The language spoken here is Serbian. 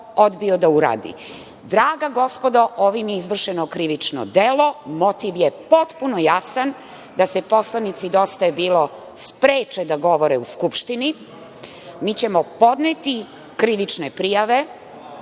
odbio da uradi. Draga gospodo, ovim je izvršeno krivično delo, motiv je potpuno jasan, da se poslanici Dosta je bilo spreče da govore u Skupštini. Mi ćemo podneti krivične prijave.